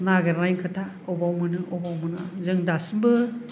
नागिरनायनि खोथा अबाव मोनो अबाव मोना जों दासिमबो